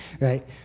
Right